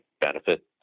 benefit